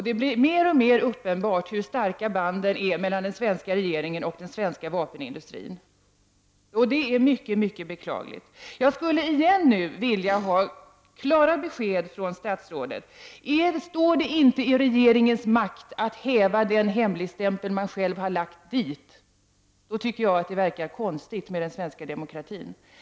Det blir mer och mer uppenbart hur starka banden är mellan den svenska regeringen och den svenska vapenindustrin, vilket är synnerligen beklagligt. Återigen ber jag om klara besked från statsrådet: Står det inte i regeringens makt att häva den hemligstämpel som man själv har försett detta med? I så fall verkar det vara något konstigt med den svenska demokratin.